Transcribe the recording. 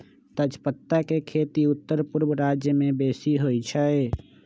तजपत्ता के खेती उत्तरपूर्व राज्यमें बेशी होइ छइ